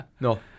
No